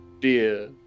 dear